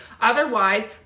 Otherwise